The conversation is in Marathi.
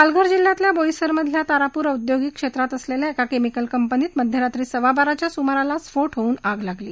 पालघर जिल्ह्यातल्या बोईसर मधल्या तारापूर औद्योगिक क्षेत्रात असलेल्या एका केमिकल कंपनीत मध्यरात्री सव्वाबाराच्या सुमाराला स्फोट होऊन आग लागली